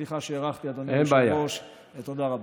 סליחה שהארכתי, אדוני היושב-ראש, ותודה רבה.